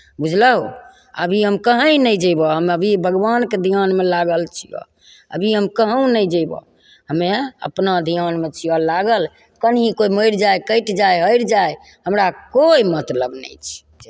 बुझलहो अभी हम कहीँ नहि जयबह हम अभी भगवानके धियानमे लागल छियह अभी हम कहूँ नहि जयबह हमे अपना धियानमे छियह लागल कहीँ कोइ मरि जाय कटि जाय हरि जाय हमरा कोइ मतलब नहि छै